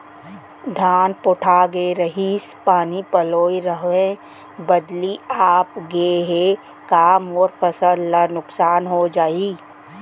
धान पोठागे रहीस, पानी पलोय रहेंव, बदली आप गे हे, का मोर फसल ल नुकसान हो जाही?